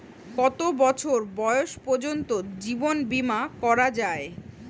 কত বছর বয়স পর্জন্ত জীবন বিমা করা য়ায়?